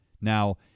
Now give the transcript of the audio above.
Now